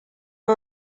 are